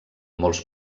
molts